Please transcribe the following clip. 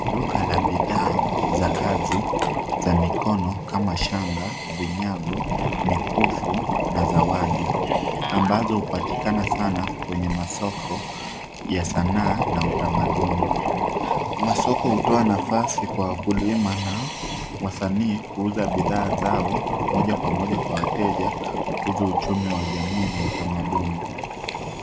Duka la bidhaa za kazi za mikono kama shanga, vinyago, mikufu na zawadi ambazo hupatikana sana kwenye masoko ya sanaa na utamaduni. Masoko hutoa nafasi kwa wakulima na wasanii kuuza bidhaa zao moja kwa moja kwa wateja kukuza uchumi wa jamii na utamaduni.